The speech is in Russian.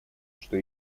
что